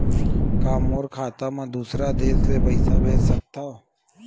का मोर खाता म दूसरा देश ले पईसा भेज सकथव?